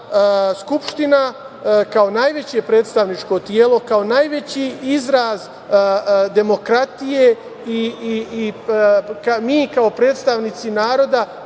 Skupština kao najveće predstavničko telo, kao najveći izraz demokratije i mi kao predstavnici naroda